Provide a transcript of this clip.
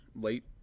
Late